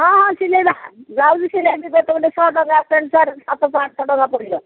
ହଁ ହଁ ସିଲେଇବା ବ୍ଲାଉଜ ସିଲେଇ କେତେ ଗୋଟେ ଶହେ ଟଙ୍କା ପେଣ୍ଟ ସାର୍ଟ ସାତ ପାଞ୍ଚଶହ ଟଙ୍କା ପଡ଼ିଯିବ